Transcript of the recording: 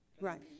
Right